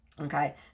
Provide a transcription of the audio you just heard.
Okay